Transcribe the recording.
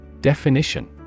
Definition